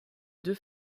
deux